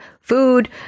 food